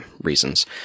reasons